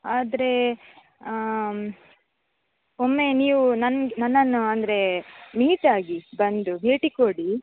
ಆದರೆ ಒಮ್ಮೆ ನೀವು ನನ್ನ ನನ್ನನ್ನು ಅಂದರೆ ಮೀಟ್ ಆಗಿ ಬಂದು ಭೇಟಿ ಕೊಡಿ